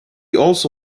also